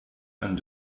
and